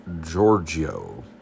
Giorgio